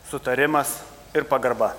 sutarimas ir pagarba